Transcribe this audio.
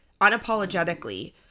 unapologetically